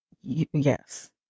Yes